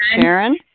Sharon